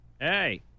hey